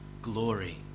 Glory